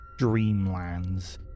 dreamlands